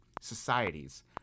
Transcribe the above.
societies